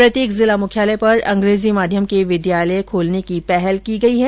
प्रत्येक जिला मुख्यालय पर अंग्रेजी माध्यम के विद्यालय खोलने की पहल की गई है